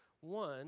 one